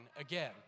again